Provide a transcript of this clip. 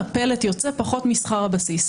הפלט יוצא פחות משכר הבסיס.